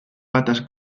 patas